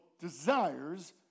desires